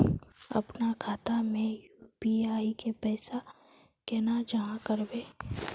अपना खाता में यू.पी.आई के पैसा केना जाहा करबे?